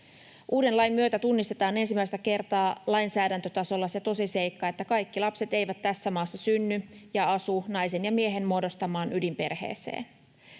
Uuden lain myötä tunnistetaan ensimmäistä kertaa lainsäädäntötasolla se tosiseikka, että kaikki lapset eivät tässä maassa synny naisen ja miehen muodostamaan ydinperheeseen